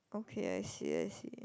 okay I see I see